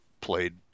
played